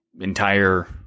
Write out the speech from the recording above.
entire –